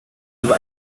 über